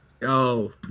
Yo